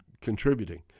contributing